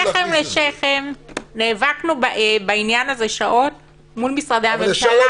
שכם אל שכם נאבקו בעניין הזה שעות מול משרדי הממשלה.